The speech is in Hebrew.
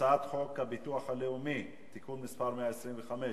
הצעת חוק הביטוח הלאומי (תיקון מס' 125)